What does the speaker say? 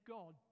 God